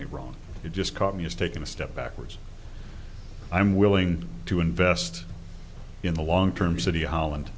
me wrong it just caught me as taking a step backwards i'm willing to invest in the long term city holland